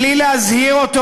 בלי להזהיר אותו,